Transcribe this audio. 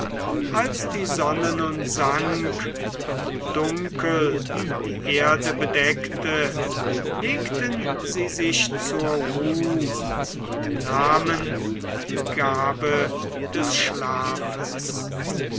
als die sonne nun sank und dunkel die erde bedeckte legten sie sich zur ruh und nahmen die gabe des schlafes